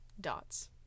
dots